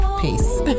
peace